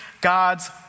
God's